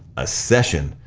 a session.